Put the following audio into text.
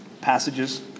passages